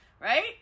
right